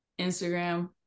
Instagram